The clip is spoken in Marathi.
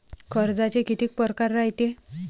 कर्जाचे कितीक परकार रायते?